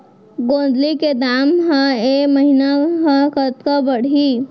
गोंदली के दाम ह ऐ महीना ह कतका बढ़ही?